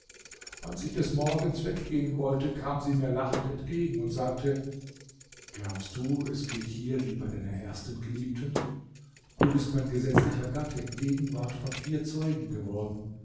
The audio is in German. als ich des morgens weggehen wollte kam sie mir lachend entgegen und sagte glaubst du es geht hier wie bei deiner ersten geliebten du bist mein gesetzlicher gatte in gegenwart von vier zeugen geworden